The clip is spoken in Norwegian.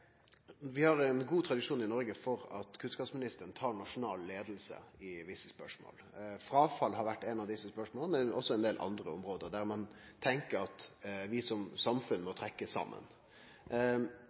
Vi har ein god tradisjon i Noreg for at kunnskapsministeren tar nasjonal leiing i visse spørsmål. Fråfall har vore eitt av desse spørsmåla, men det er også ein del andre område der ein tenkjer at vi som samfunn må